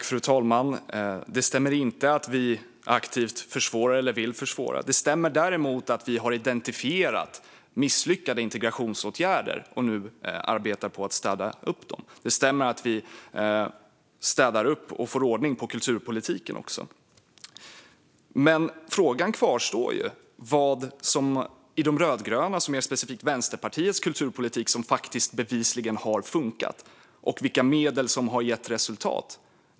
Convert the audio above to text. Fru talman! Det stämmer inte att vi aktivt vill försvåra. Det stämmer däremot att vi har identifierat misslyckade integrationsåtgärder och nu arbetar på att städa upp dem. Det stämmer också att vi städar upp i och får ordning på kulturpolitiken. Frågan kvarstår: Vad i de rödgrönas och specifikt Vänsterpartiets kulturpolitik har bevisligen fungerat? Vilka medel har lett till resultat?